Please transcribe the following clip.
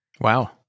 Wow